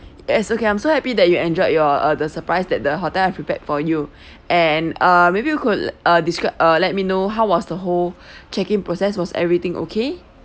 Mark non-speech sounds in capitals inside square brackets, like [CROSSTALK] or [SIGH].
yes okay I'm so happy that you enjoyed your uh the surprised that the hotel have prepared for you [BREATH] and uh maybe you could [NOISE] uh describe uh let me know how was the whole [BREATH] check in process was everything okay